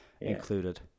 included